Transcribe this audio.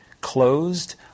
closed